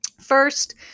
First